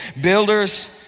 Builders